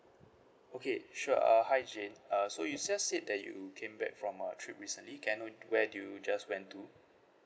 okay sure uh hi james uh so you just said that you came back from a trip recently can I know where do you just went to